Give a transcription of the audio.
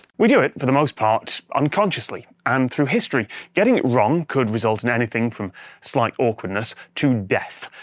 we do it, for the most part, unconsciously, and through history getting it wrong could result in anything from slight awkwardness to death,